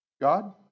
God